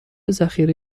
ذخیره